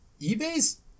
eBay's